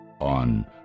on